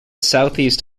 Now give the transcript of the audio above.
southeast